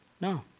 No